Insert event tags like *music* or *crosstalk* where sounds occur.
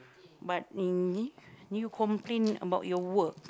but *noise* you complain about your work